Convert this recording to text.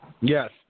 Yes